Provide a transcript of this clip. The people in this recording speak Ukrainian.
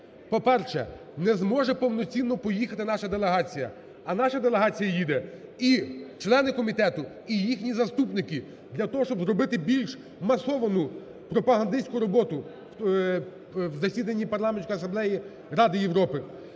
По-перше, не зможе повноцінно поїхати наша делегація. А наша делегація їде – і члени комітету, і їхні заступники – для того, щоб зробити більш масовану пропагандистську роботу в засіданні Парламентської асамблеї Ради Європи.